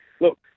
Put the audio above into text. look